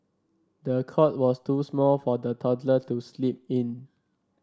the cot was too small for the toddler to sleep in